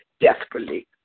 desperately